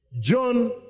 John